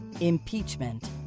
impeachment